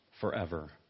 forever